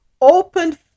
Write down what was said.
opened